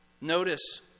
Notice